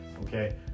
okay